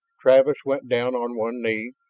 travis went down on one knee,